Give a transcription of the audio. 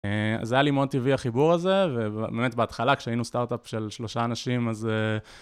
זה היה לי מאוד טבעי החיבור הזה, ובאמת בהתחלה, כשהיינו סטארט-אפ של שלושה אנשים, אז...